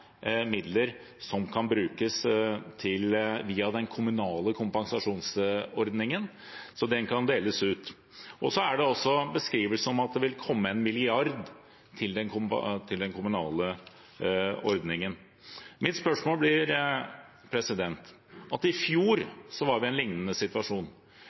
midler som kan brukes via den kommunale kompensasjonsordningen, som kan deles ut. Det er også beskrivelse om at det vil komme 1 mrd. kr til den kommunale ordningen. Mitt spørsmål blir: I fjor var vi i en lignende situasjon.